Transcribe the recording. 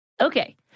Okay